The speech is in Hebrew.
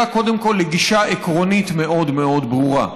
קודם כול לגישה עקרונית מאוד מאוד ברורה.